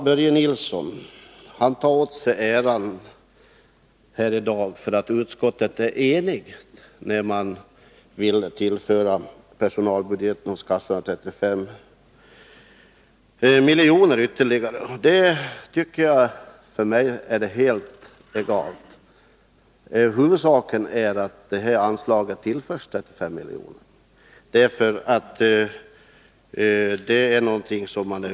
Börje Nilsson tar åt sig äran för att utskottet är enigt om att tillföra personalbudgeten hos försäkringskassorna ytterligare 35 milj.kr. Vem äran skall tillkomma är för mig helt egalt. Huvudsaken är att anslaget tillförs 35 milj .kr.